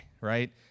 right